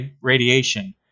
radiation